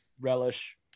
relish